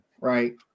right